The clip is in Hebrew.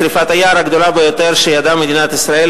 שרפת היער הגדולה ביותר שידעה מדינת ישראל,